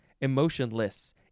emotionless